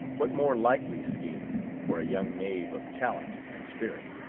what more likely scheme for a young knave of talent and spirit?